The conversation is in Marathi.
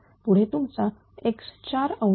पुढे तुमचा x4